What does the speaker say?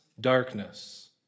darkness